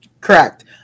Correct